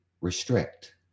restrict